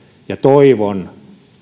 toivon